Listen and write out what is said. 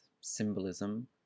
symbolism